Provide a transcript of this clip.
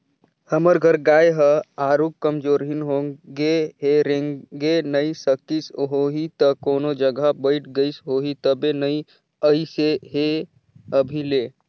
हमर घर गाय ह आरुग कमजोरहिन होगें हे रेंगे नइ सकिस होहि त कोनो जघा बइठ गईस होही तबे नइ अइसे हे अभी ले